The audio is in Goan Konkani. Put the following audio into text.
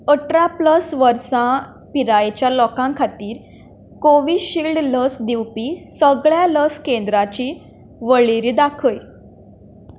अठरा प्लस वर्सां पिरायेच्या लोकां खातीर कोविशिल्ड लस दिवपी सगळ्या लस केंद्राची वळेरी दाखय